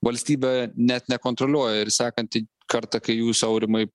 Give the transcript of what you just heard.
valstybė net nekontroliuoja ir sekantį kartą kai jūs aurimai